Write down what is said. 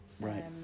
Right